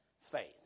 faith